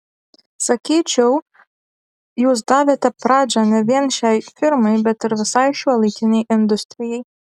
sakyčiau jūs davėte pradžią ne vien šiai firmai bet ir visai šiuolaikinei industrijai